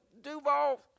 Duval